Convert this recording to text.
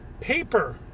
paper